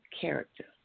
character